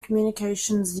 communications